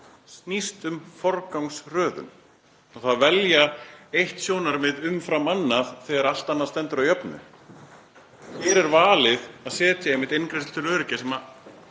snýst um forgangsröðun. Það þarf að velja eitt sjónarmið umfram annað þegar allt annað stendur á jöfnu. Hér er valið að setja eingreiðslu til öryrkja sem